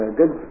good